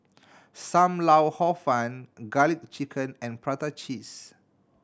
Sam Lau Hor Fun Garlic Chicken and prata cheese